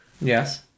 Yes